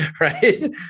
Right